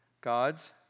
God's